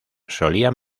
solían